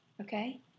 Okay